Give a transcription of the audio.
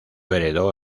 heredó